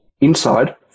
inside